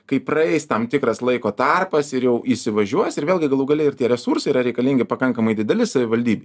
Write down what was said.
kai praeis tam tikras laiko tarpas ir jau įsivažiuos ir vėlgi galų gale ir tie resursai yra reikalingi pakankamai dideli savivaldybei